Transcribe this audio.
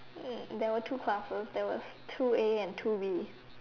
there were two classes there was two a and two B